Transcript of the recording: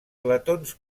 letons